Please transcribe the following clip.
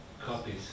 copies